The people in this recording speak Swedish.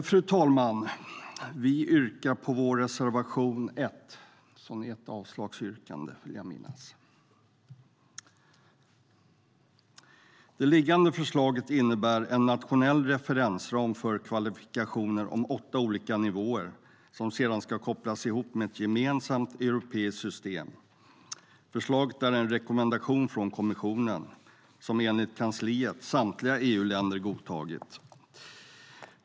Fru talman! Jag yrkar bifall till vår reservation 1, som jag vill minnas är ett avslagsyrkande. Det föreliggande förslaget innebär en nationell referensram för kvalifikationer om åtta olika nivåer som sedan ska kopplas ihop med ett gemensamt europeiskt system. Förslaget är en rekommendation från kommissionen, som enligt kansliet samtliga EU-länder godtagit.